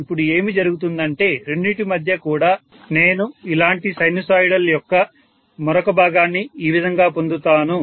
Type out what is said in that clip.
ఇప్పుడు ఏమి జరుగుతుందంటే రెండింటి మధ్య కూడా నేను ఇలాంటి సైనుసాయిడ్ యొక్క మరొక భాగాన్ని ఈ విధంగా పొందుతాను